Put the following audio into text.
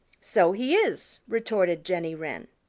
so he is, retorted jenny wren.